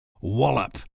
wallop